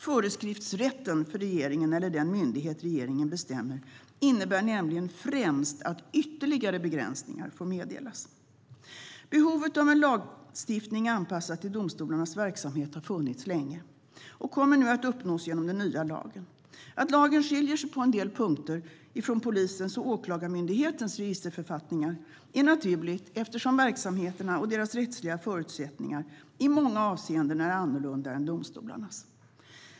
Föreskriftsrätten för regeringen eller den myndighet som regeringen bestämmer innebär nämligen främst att ytterligare begränsningar får meddelas. Behovet av en lagstiftning anpassad till domstolarnas verksamhet har funnits länge, och kommer nu att uppnås genom den nya lagen. Att lagen skiljer sig på en del punkter från polisens och Åklagarmyndighetens registerförfattningar är naturligt, eftersom verksamheterna och deras rättsliga förutsättningar i många avseenden är annorlunda än domstolarnas.